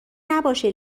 نباشه